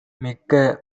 மிக்க